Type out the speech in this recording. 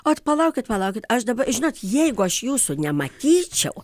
ot palaukit palaukit aš dabar žinot jeigu aš jūsų nematyčiau